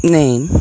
name